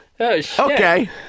Okay